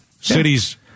cities